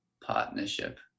partnership